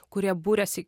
kurie buriasi